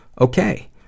okay